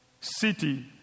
City